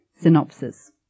Synopsis